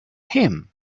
him